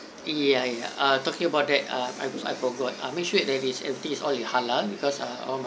ya ya ah talking about that uh I I forgot uh make sure everything is all in halal because all m~